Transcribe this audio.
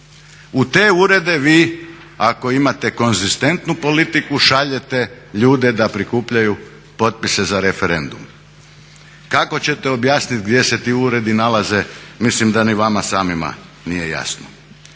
U te urede vi ako imate konzistentnu politiku šaljete ljude da prikupljaju potpise za referendum. Kako ćete objasniti gdje se ti uredi nalaze, mislim da ni vama samima nije jasno.